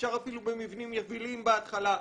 אפשר אפילו במבנים יבילים בהתחלה.